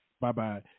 bye-bye